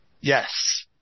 Yes